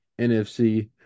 NFC